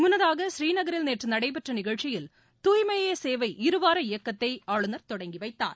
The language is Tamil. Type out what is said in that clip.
முன்னதாக பூநீநகரில் நேற்று நடைபெற்ற நிகழ்ச்சியில் தூய்மையே சேவை இருவார இயக்கத்தை ஆளுநர் தொடங்கி வைத்தார்